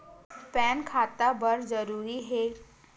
Pan खाता बर जरूरी हे?